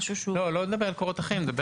אני לא מדבר על קורות החיים אלא